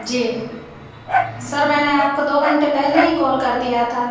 जी sir मैंने आपको दो घंटे पहले ही कॉल कर दिया था